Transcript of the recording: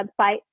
website